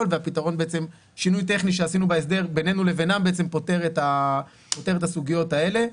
שינוי טכני שעשינו בהסדר בינינו לבינם פותר את הסוגיות האלו.